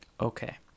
Okay